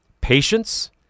Patience